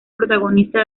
protagonista